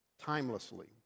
timelessly